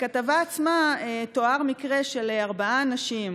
בכתבה עצמה תואר מקרה של ארבעה אנשים,